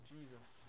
Jesus